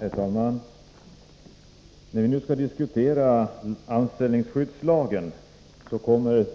Herr talman! När vi nu skall behandla anställningsskyddslagen, kommer